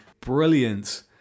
brilliant